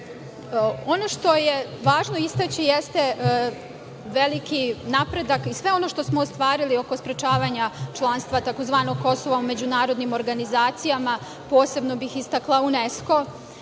što je važno istaći jeste veliki napredak, i sve ono što smo ostvarili oko sprečavanja članstva tzv. Kosovo međunarodnim organizacijama, posebno bih istakla UNESKO.